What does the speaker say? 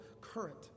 current